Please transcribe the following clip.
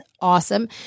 awesome